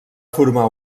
formar